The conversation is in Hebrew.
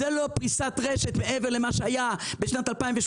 זה לא פריסת רשת מעבר למה שהיה בשנת 2018